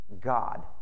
God